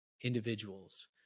individuals